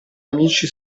amici